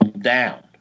down